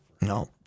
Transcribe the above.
No